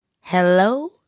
Hello